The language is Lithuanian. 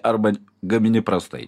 arba gamini prastai